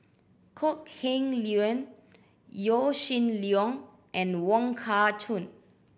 Kok Heng Leun Yaw Shin Leong and Wong Kah Chun